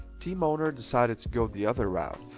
team owner decided to go the other route,